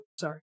sorry